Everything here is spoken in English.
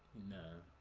no